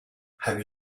have